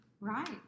Right